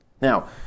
Now